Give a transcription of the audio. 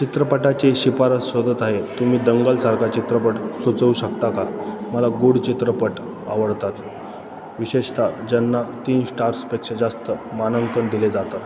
चित्रपटाची शिफारस शोधत आहे तुम्ही दंगलसारखा चित्रपट सुचवू शकता का मला गूढ चित्रपट आवडतात विशेषत ज्यांना तीन स्टार्सपेक्षा जास्त मानांकन दिले जातात